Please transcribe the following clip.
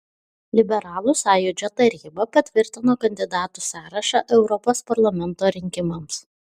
liberalų sąjūdžio taryba patvirtino kandidatų sąrašą europos parlamento rinkimams